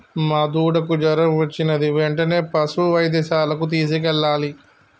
మా దూడకు జ్వరం వచ్చినది వెంటనే పసుపు వైద్యశాలకు తీసుకెళ్లాలి